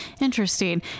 Interesting